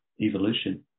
evolution